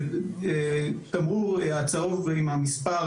לדוגמה התמרור הצהוב עם המספר,